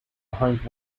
behind